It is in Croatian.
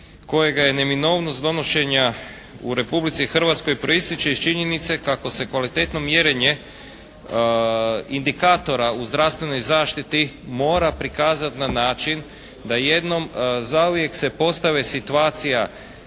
kojega je neminovnost donošenja u Republici Hrvatskoj proističe iz činjenice kako se kvalitetno mjerenje indikatora u zdravstvenoj zaštiti mora prikazati na način da jednom zauvijek se postavi situacija